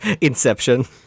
Inception